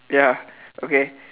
ya okay